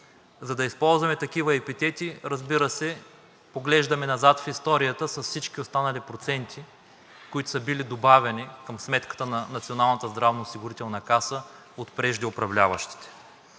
За да използваме такива епитети, разбира се, поглеждаме назад в историята с всички останали проценти, които са добавени към сметката на Националната